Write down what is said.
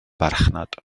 farchnad